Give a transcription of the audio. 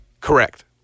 Correct